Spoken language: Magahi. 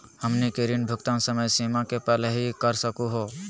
हमनी के ऋण भुगतान समय सीमा के पहलही कर सकू हो?